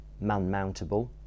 man-mountable